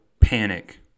panic